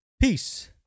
peace